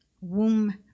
womb